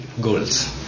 goals